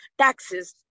taxes